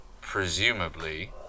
Presumably